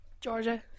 Georgia